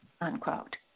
unquote